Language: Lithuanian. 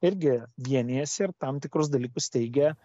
irgi vienijasi ir tam tikrus dalykus teigia